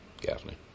Gaffney